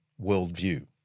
worldview